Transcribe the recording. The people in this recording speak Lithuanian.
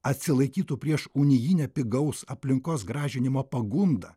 atsilaikytų prieš unijinę pigaus aplinkos gražinimo pagundą